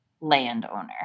landowner